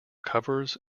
covers